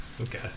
Okay